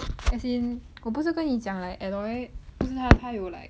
as in 我不是跟你讲 like aloy 不是他他有 like